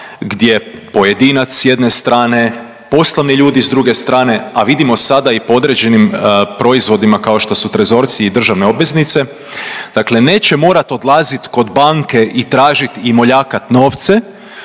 gdje pojedinac s jedne strane, poslovni ljudi s druge strane, a vidimo sada i po određenim proizvodima kao što su trezorci i državne obveznice, dakle neće morat odlazit kod banke i tražit i moljakat novce